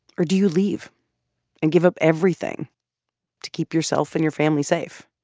or do you leave and give up everything to keep yourself and your family safe?